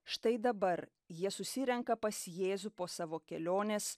štai dabar jie susirenka pas jėzų po savo kelionės